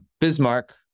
Bismarck